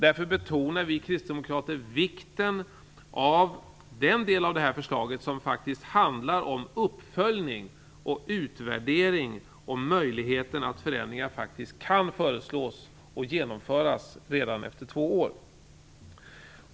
Därför betonar vi kristdemokrater vikten av den del av förslaget som handlar om uppföljning och utvärdering samt möjligheten att förändringar faktiskt kan föreslås och genomföras redan efter två år.